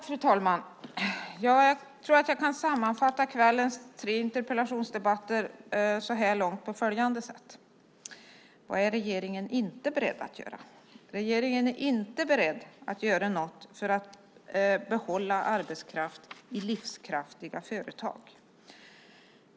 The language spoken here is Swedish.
Fru talman! Jag tror att jag kan sammanfatta kvällens tre interpellationsdebatter så här långt på följande sätt. Vad är regeringen inte beredd att göra? Regeringen är inte beredd att göra någonting för att behålla arbetskraft i livskraftiga företag.